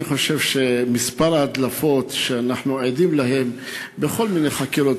אני חושב שמספר ההדלפות שאנחנו עדים להן בכל מיני חקירות,